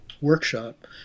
Workshop